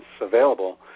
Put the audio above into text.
available